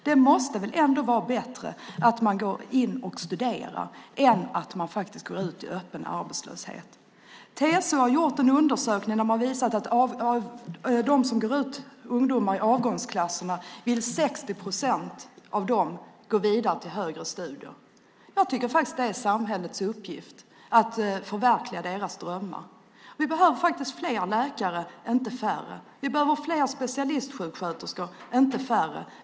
Det måste väl vara bättre att ungdomarna studerar än att de går ut i öppen arbetslöshet? En undersökning gjord av TCO visar att av ungdomarna i avgångsklasserna vill 60 procent gå vidare till högre studier. Jag tycker att det är samhällets uppgift att förverkliga deras drömmar. Vi behöver fler läkare, inte färre. Vi behöver fler specialistsjuksköterskor, inte färre.